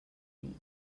nit